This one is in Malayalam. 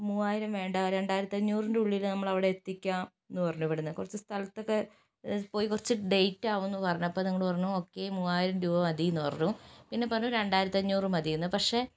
മൂവായിരം വേണ്ട രണ്ടായിരത്തി അഞ്ഞൂറിൻ്റെ ഉള്ളിൽ നമ്മളവിടെയെത്തിക്കാം എന്ന് പറഞ്ഞു ഇവിടുന്ന് കുറച്ച് സ്ഥലത്തൊക്കെ പോയി കുറച്ചു ലേറ്റ് ആകും എന്ന് പറഞ്ഞു അപ്പോൾ നിങ്ങള് പറഞ്ഞു ഓക്കെ മൂവായിരം രൂപ മതി എന്ന് പറഞ്ഞു പിന്നെ പറഞ്ഞു രണ്ടായിരത്തി അഞ്ഞൂറ് മതിയെന്ന് പക്ഷേ മ്മ്